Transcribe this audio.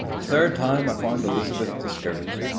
the third time i found elizabeth discouraged.